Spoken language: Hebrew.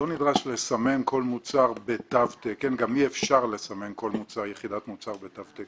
לא נדרש לסמן בתו תקן כל מוצר וגם אי-אפשר לסמן כל יחידת מוצר בתו תקן.